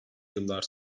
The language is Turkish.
yıllar